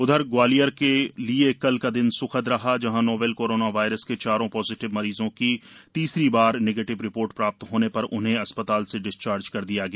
उधर ग्वालियर के लिये कल का दिन सुखद रहा जहां नोवेल कोरोना वायरस के चारों पॉजिटिव मरीजों की तीसरी बार निगेटिव रिपोर्ट प्राप्त होने पर उन्हें अस्पताल से डिस्चार्ज कर दिया गया